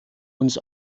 uns